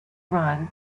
run